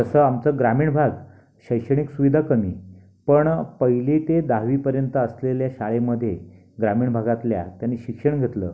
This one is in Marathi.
तसं आमचं ग्रामीण भाग शैक्षणिक सुविधा कमी पण पहिली ते दहावीपर्यंत असलेल्या शाळेमध्ये ग्रामीण भागातल्या त्यांनी शिक्षण घेतलं